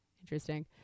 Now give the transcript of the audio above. Interesting